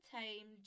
time